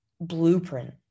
blueprint